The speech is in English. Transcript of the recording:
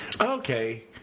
Okay